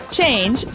Change